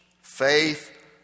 faith